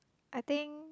I think